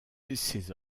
ses